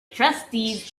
trustees